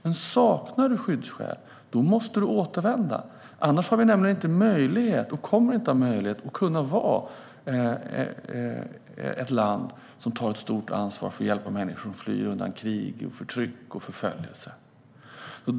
Men saknar man skyddsskäl måste man återvända. Annars har vi nämligen inte möjlighet - och kommer inte att ha möjlighet - att vara ett land som tar ett stort ansvar för att hjälpa människor som flyr undan krig, förtryck och förföljelse.